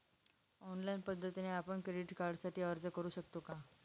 Online पद्धतीने आपण credit कार्डसाठी अर्ज करु शकतो का?